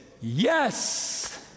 yes